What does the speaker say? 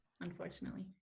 unfortunately